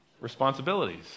responsibilities